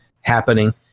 happening